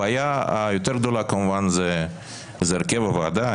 הבעיה היותר גדולה כמובן היא הרכב הוועדה.